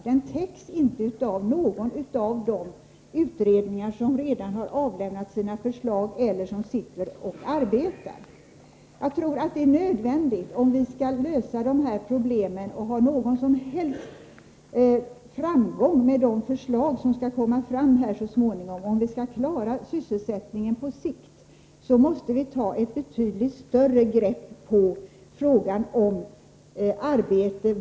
Den täcks inte av någon av de utredningar som redan har avlämnat sina förslag eller som arbetar f.n. Om vi skall lösa problemen och ha någon som helst framgång med de förslag som skall komma fram så småningom, och om vi skall kunna klara sysselsättningen på sikt, tror jag att det är nödvändigt att vi på allvar verkligen tar itu med frågan om arbete.